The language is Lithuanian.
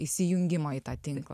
įsijungimo į tą tinklą